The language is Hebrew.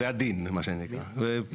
זה הדין, מה שנקרא.